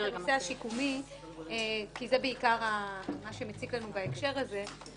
הנושא השיקומי כי זה בעיקר מה שמציק לנו בהקשר הזה.